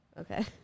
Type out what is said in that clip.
Okay